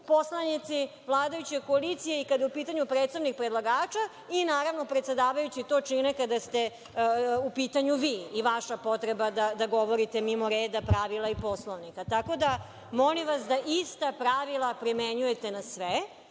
poslanici vladajuće koalicije i kada je u pitanju predstavnik predlagača i naravno predsedavajući to čine kada ste u pitanju vi i vaša potreba da govorite mimo reda, pravila i Poslovnika. Tako da vas molim da ista pravila primenjujete na sve